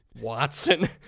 Watson